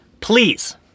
Please